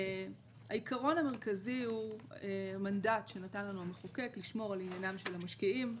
העיקרון המרכזי הוא מנדט שנתן לנו המחוקק לשמור על עניינם של המשקיעים,